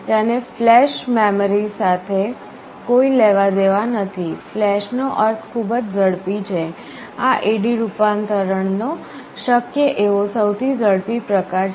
તેને flash memory સાથે કોઈ લેવાદેવા નથી ફ્લેશનો અર્થ ખૂબ જ ઝડપી છે આ AD રૂપાંતરણનો શક્ય એવો સૌથી ઝડપી પ્રકાર છે